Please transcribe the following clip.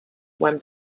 when